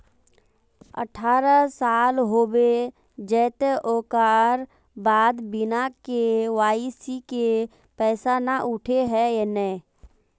अठारह साल होबे जयते ओकर बाद बिना के.वाई.सी के पैसा न उठे है नय?